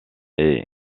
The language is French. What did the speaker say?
est